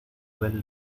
del